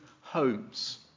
homes